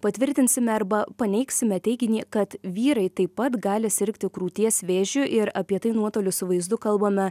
patvirtinsime arba paneigsime teiginį kad vyrai taip pat gali sirgti krūties vėžiu ir apie tai nuotoliu su vaizdu kalbame